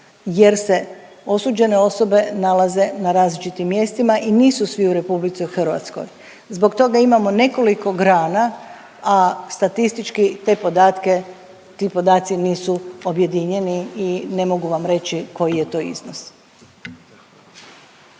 jer se osuđene osobe nalaze na različitim mjestima i nisu svi u RH. Zbog toga imamo nekoliko grana, a statistički te podatke, ti podaci nisu objedinjeni i ne mogu vam reći koji je to iznos.